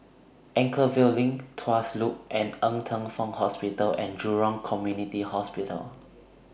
Anchorvale LINK Tuas Loop and Ng Teng Fong Hospital and Jurong Community Hospital